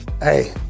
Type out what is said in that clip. Hey